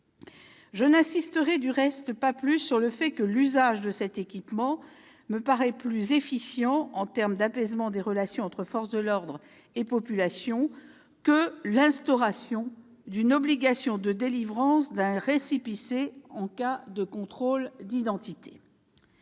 Je n'insisterai du reste pas plus sur le fait que l'usage de cet équipement me paraît plus efficient, en termes d'apaisement des relations entre forces de l'ordre et population, que l'instauration d'une obligation de délivrance d'un récépissé en cas de contrôle d'identité.